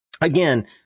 again